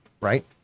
right